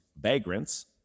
vagrants